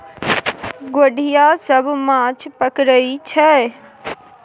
गोढ़िया सब माछ पकरई छै